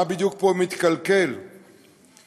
מה בדיוק מתקלקל פה,